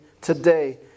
Today